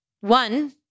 One